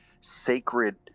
sacred